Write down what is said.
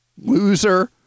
loser